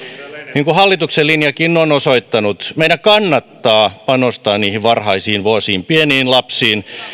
niin kuin hallituksen linjakin on osoittanut meidän kannattaa panostaa niihin varhaisiin vuosiin pieniin lapsiin